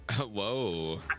Whoa